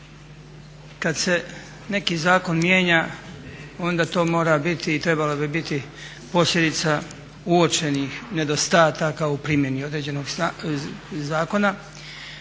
Kad se neki zakon mijenja onda to mora biti i trebalo bi biti posljedica uočenih nedostataka u primjeni određenog zakona,